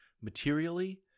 materially